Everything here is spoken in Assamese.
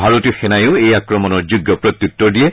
ভাৰতীয় সেনায়ো এই আক্ৰমণৰ যোগ্য প্ৰত্যাত্তৰ দিয়ে